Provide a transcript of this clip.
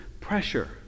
pressure